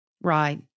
Right